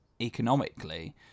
economically